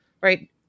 right